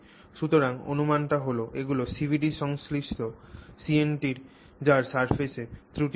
সুতরাং অনুমানটি হল এগুলি CVD সংশ্লেষিত CNT যার সারফেস ত্রুটি রয়েছে